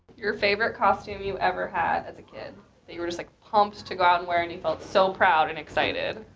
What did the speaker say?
your favorite costume you ever had as a kid, that you were just like pumped to go out and wear and you felt so proud and excited.